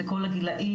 לכל הגילאים,